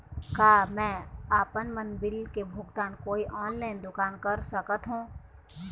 का मैं आपमन बिल के भुगतान कोई ऑनलाइन दुकान कर सकथों?